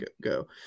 go